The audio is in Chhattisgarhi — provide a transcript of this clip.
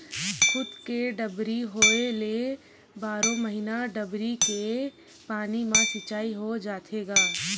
खुद के डबरी होए ले बारो महिना डबरी के पानी म सिचई हो जाथे गा